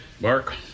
Mark